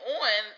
on